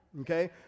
okay